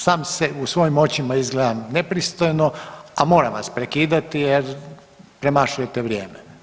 Sam u svojim očima izgledam nepristojno, a moram vas prekidati jer premašujete vrijeme.